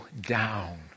down